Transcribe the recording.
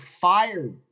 fired